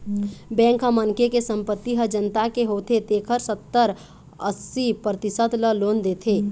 bank ह मनखे के संपत्ति ह जतना के होथे तेखर सत्तर, अस्सी परतिसत ल लोन देथे